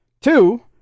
Two